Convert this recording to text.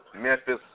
Memphis